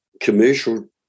commercial